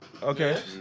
Okay